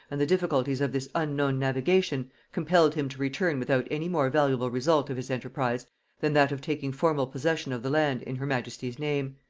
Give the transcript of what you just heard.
and the difficulties of this unknown navigation, compelled him to return without any more valuable result of his enterprise than that of taking formal possession of the land in her majesty's name.